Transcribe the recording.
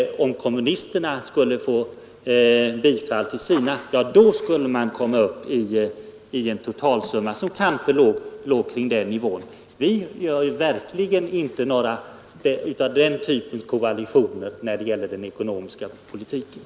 Bara om också kommunisterna skulle få bifall för sina förslag — vilka även vi har yrkat avslag på — skulle man komma upp i en totalsumma som kanske ligger på den nämnda nivån. Det får väl vara någon måtta på orimligheterna!